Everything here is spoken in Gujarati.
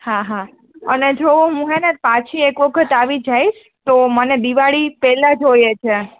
હા હા અને જો હું હે ને પાછી એક વખત આવી જઈશ તો મને દિવાળી પેહલા જોઈએ છે